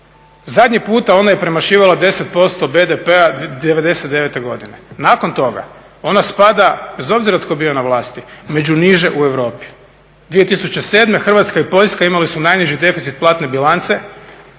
Zadnji puta ona je premašivala 10% BDP-a '99. godine. Nakon toga ona spada bez obzira tko bio na vlasti među niže u Europi. 2007. Hrvatska i Poljska imale su najniži deficit platne bilance